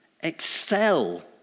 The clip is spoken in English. excel